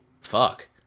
fuck